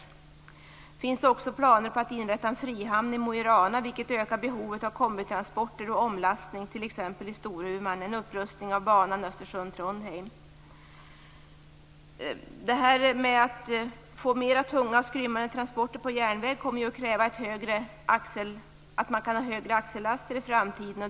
Det finns också planer på att inrätta en frihamn i Mo i Rana, vilket ökar behovet av kombitransporter och omlastning, t.ex. i Storuman, och en upprustning av banan Östersund-Trondheim. Mer tunga och skrymmande transporter på järnväg kommer att kräva att man kan ha högre axeltryck i framtiden.